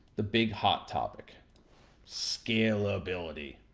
the big hot topic scalability.